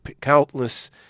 countless